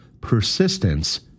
persistence